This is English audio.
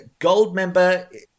Goldmember